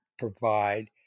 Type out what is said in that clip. Provide